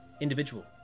individual